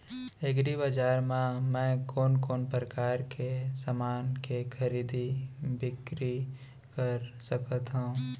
एग्रीबजार मा मैं कोन कोन परकार के समान के खरीदी बिक्री कर सकत हव?